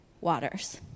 waters